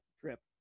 trip